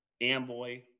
Amboy